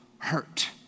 hurt